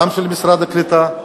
גם של משרד הקליטה,